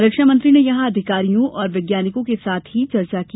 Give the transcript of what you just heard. रक्षामंत्री ने यहां अधिकारियों और वैज्ञानिकों के साथ ही चर्चा की